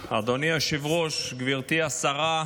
אדוני היושב-ראש, גברתי השרה,